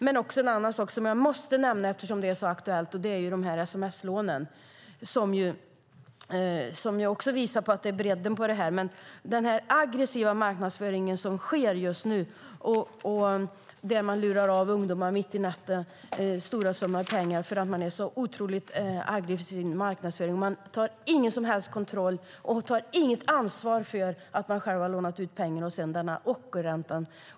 Jag måste även nämna en annan sak eftersom det är så aktuellt, och det handlar om sms-lånen som ju också visar på bredden i det här. Nu sker en otroligt aggressiv marknadsföring där man lurar av ungdomar stora summor pengar mitt i natten, och man tar inget som helst ansvar för att man själv har lånat ut pengarna till denna ockerränta.